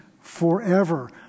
forever